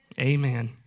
Amen